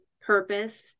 purpose